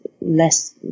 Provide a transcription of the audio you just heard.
less